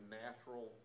natural